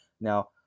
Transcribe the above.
now